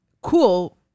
cool